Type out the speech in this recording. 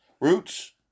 roots